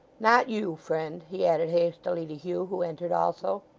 not you, friend he added hastily to hugh, who entered also.